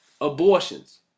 Abortions